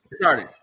started